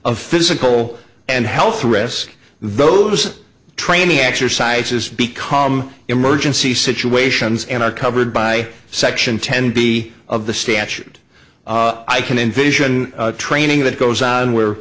of physical and health risks those training exercises become emergency situations and are covered by section ten b of the statute i can envision training that goes on where